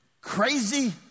crazy